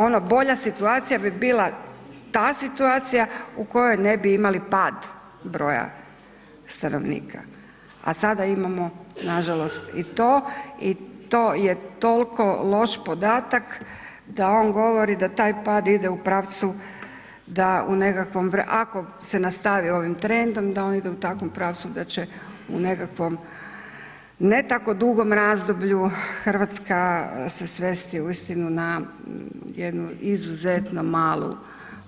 Ono bolja situacija bi bila ta situacija u kojoj ne bi imali pad broja stanovnika, a sada imamo nažalost i to i to je toliko loš podatak da on govori da taj pad ide u pravcu da u nekakvom, ako se nastavi ovim trendom, da on ide u takvom pravcu da će u nekakvom ne tako dugom razdoblju Hrvatska se svesti uistinu na jednu izuzetno malu,